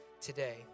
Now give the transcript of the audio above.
today